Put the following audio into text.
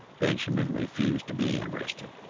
benjamin refused to be interested.